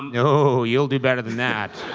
no. you'll do better than that.